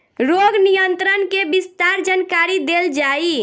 रोग नियंत्रण के विस्तार जानकरी देल जाई?